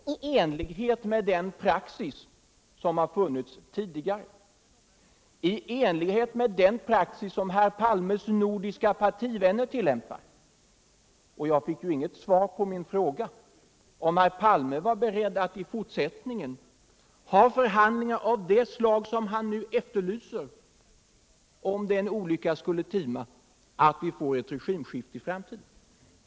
Herr talman! Än en gång har det visat sig att herr Palme inte kommit med några konkreta argument i denna fråga. Informationen till andra länder skedde samma vecka som informationen lämnades till den socialdemokratiska oppositionen — i enlighet med den praxis som tillämpats tidigare och i enlighet med den praxis som herr Palmes nordiska partivänner tillämpar. Och jag fick inget svar på min fråga om herr Palme var beredd att i fortsättningen ha förhandlingar av det slag han nu efterlyser, om den olyckan skulle tima att vi får ett regimskifte i framtiden.